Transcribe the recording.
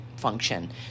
function